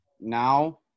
now